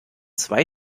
zwei